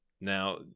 Now